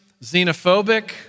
xenophobic